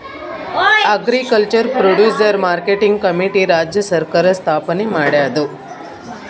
agriculture producer marketing committee ರಾಜ್ಯ ಸರ್ಕಾರ್ ಸ್ಥಾಪನೆ ಮಾಡ್ಯಾದ